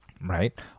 Right